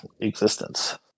existence